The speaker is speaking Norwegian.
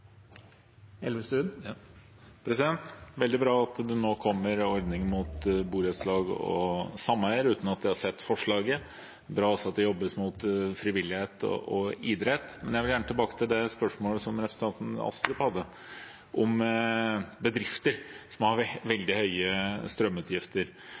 veldig bra at det nå kommer en ordning rettet mot borettslag og sameier – uten at jeg har sett forslaget. Det er også bra at det jobbes mot frivilligheten og idretten. Men jeg vil gjerne tilbake til det spørsmålet som representanten Astrup hadde, om bedrifter som har